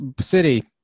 city